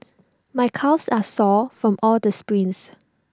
my calves are sore from all the sprints